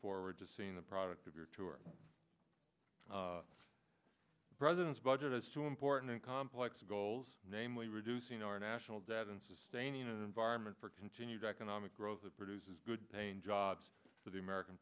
forward to seeing the product of your tour the president's budget as so important and complex goals namely reducing our national debt and sustaining an environment for continued economic growth that produces good paying jobs for the american